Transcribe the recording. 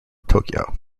tokyo